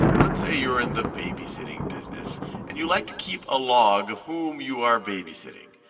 let's say you're in the babysitting business and you like to keep a log of whom you are babysitting.